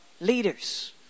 leaders